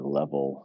level